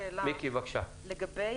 לגבי